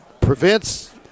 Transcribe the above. prevents